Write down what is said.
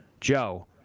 Joe